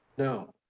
no.